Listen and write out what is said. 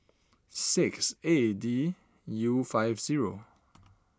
six A D U five zero